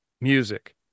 music